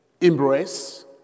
embrace